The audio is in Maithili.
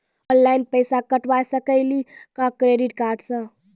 ऑनलाइन पैसा कटवा सकेली का क्रेडिट कार्ड सा?